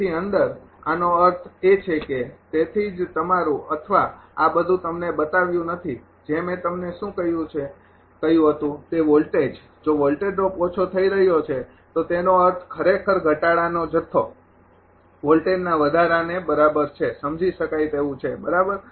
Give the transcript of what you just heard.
તેથી અંદર આનો અર્થ એ છે કે તેથી જ તમારું અથવા આ બધું તમને બતાવ્યું નથી જે મેં તમને શું કહ્યું હતું તે વોલ્ટેજ જો વોલ્ટેજ ડ્રોપ ઓછો થઈ રહ્યો છે તો તેનો અર્થ ખરેખર ઘટાડાનો જથ્થો વોલ્ટેજના વધારાને બરાબર છે સમજી શકાય તેવું છે બરાબર